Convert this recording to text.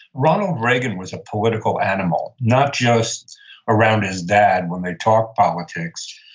ronald reagan was a political animal, not just around his dad when they talked politics,